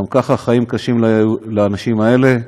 גם ככה החיים קשים לאנשים האלה,